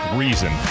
reason